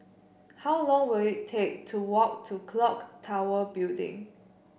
how long will it take to walk to clock Tower Building